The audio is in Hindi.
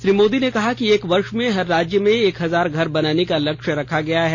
श्री मोदी ने कहा कि एक वर्ष में हर राज्य में एक हजार घर बनाने का लक्ष्य रखा गया है